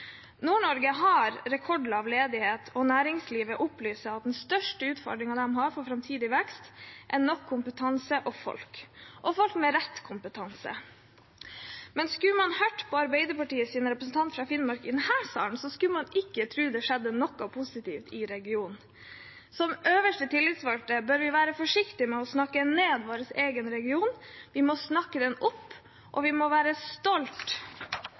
har rekordlav ledighet, og næringslivet opplyser at den største utfordringen de har for å få framtidig vekst, er nok kompetanse og folk – og folk med rett kompetanse. Men skulle man hørt på Arbeiderpartiets representant fra Finnmark i denne salen, skulle man ikke tro det skjedde noe positivt i regionen. Som øverste tillitsvalgte bør vi være forsiktige med å snakke ned vår egen region. Vi må snakke den opp, og vi må være stolte